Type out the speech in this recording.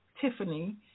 Tiffany